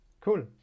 Cool